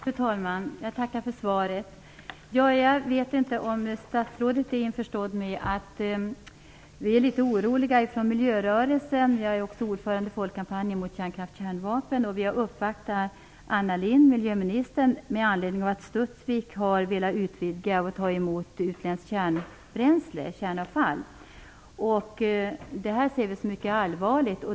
Fru talman! Jag tackar för svaret. Jag vet inte om statsrådet är införstådd med att vi i miljörörelsen är litet oroliga. Jag är ordförande i Folkkampanjen mot kärnkraft och kärnvapen. Vi har uppvaktat miljöminister Anna Lindh med anledning av att Studsvik har velat utvidga verksamheten och ta emot ytterligare kärnavfall. Det ser vi som mycket allvarligt.